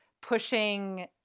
pushing